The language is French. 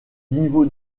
niveaux